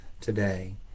today